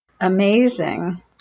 Amazing